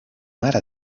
mare